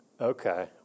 Okay